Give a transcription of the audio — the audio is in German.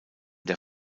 der